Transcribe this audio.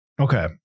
Okay